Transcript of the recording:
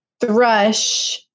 thrush